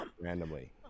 randomly